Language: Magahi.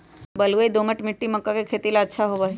बलुई, दोमट मिट्टी मक्का के खेती ला अच्छा होबा हई